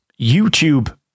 YouTube